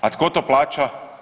A tko to plaća?